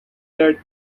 that